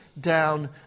down